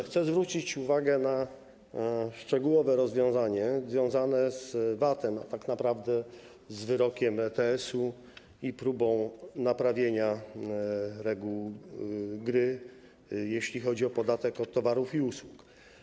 Chcę zwrócić uwagę na szczegółowe rozwiązanie związane z VAT, a tak naprawdę z wyrokiem ETS i próbą naprawienia reguł gry, jeśli chodzi o podatek od towarów i usług.